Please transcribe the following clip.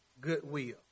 goodwill